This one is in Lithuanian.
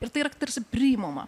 ir tai yra tarsi priimama